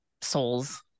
souls